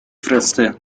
فرسته